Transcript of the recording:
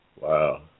Wow